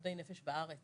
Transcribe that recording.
מתמודדי נפש בארץ